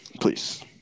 please